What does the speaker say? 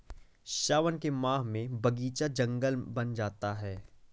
सावन के माह में बगीचा जंगल बन जाता है